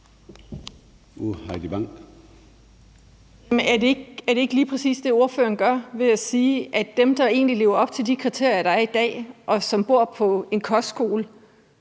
er det ikke lige præcis det, ordføreren gør ved at sige, at i forhold til dem, der egentlig lever op til de kriterier, der er i dag, og som bor på en kostskole,